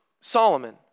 Solomon